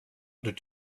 did